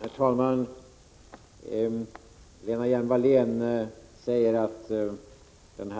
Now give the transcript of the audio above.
Herr talman! Lena Hjelm-Wallén säger att